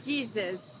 Jesus